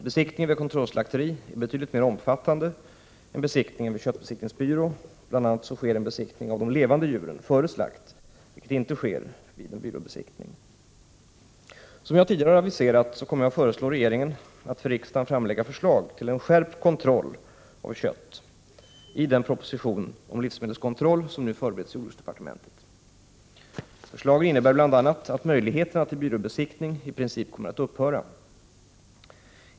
Besiktningen vid kontrollslakteri är betydligt mer omfattande än besiktningen vid köttbesiktningsbyrå, bl.a. sker en besiktning av de levande djuren före slakt, vilket inte sker vid byråbesiktning. Som jag tidigare aviserat kommer jag att föreslå regeringen att för riksdagen framlägga förslag till en skärpt kontroll av kött i den proposition om livsmedelskontroll som nu förbereds i jordbruksdepartementet. Förslaget innebär bl.a. att möjligheterna till byråbesiktning i princip kommer att upphöra.